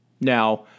Now